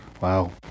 Wow